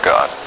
God